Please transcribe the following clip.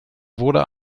wurde